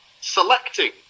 selecting